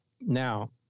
Now